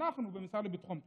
אנחנו במשרד לביטחון הפנים,